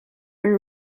are